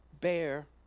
bear